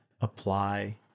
apply